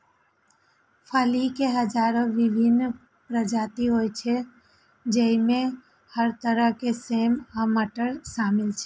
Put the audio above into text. फली के हजारो विभिन्न प्रजाति होइ छै, जइमे हर तरह के सेम आ मटर शामिल छै